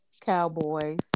cowboys